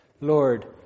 Lord